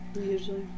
Usually